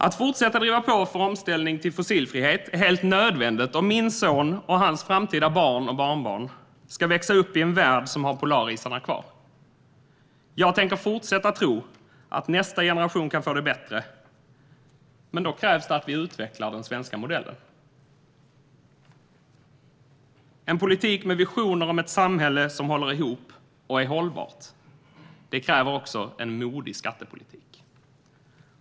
Att fortsätta att driva på för omställning till fossilfrihet är helt nödvändigt om min son och hans framtida barn och barnbarn ska växa upp i en värld som har polarisarna kvar. Jag tänker fortsätta att tro att nästa generation kan få det bättre, men då krävs att vi utvecklar den svenska modellen. En politik med visioner om ett samhälle som håller ihop och är hållbart kräver en modig skattepolitik.